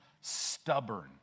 stubborn